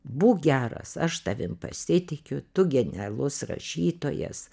būk geras aš tavim pasitikiu tu genialus rašytojas